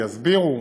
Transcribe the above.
יסבירו,